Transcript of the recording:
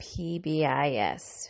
PBIS